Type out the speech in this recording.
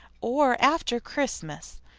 or after, christmas.